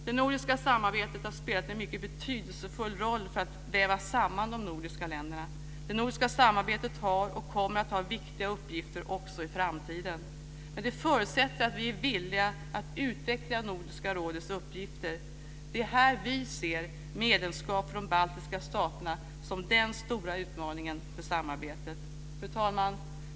Det nordiska samarbetet har spelat en mycket betydelsefull roll för att väva samman de nordiska länderna. Det nordiska samarbetet har och kommer att ha viktiga uppgifter också i framtiden. Men det förutsätter att vi är villiga att utveckla Nordiska rådets uppgifter. Det är här vi ser medlemskap för de baltiska staterna som den stora utmaningen för samarbetet. Fru talman!